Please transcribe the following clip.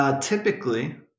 Typically